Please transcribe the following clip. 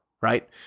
Right